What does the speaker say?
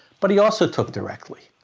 but he also took directly.